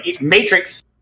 matrix